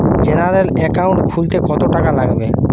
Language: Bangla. জেনারেল একাউন্ট খুলতে কত টাকা লাগবে?